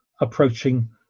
approaching